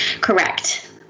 correct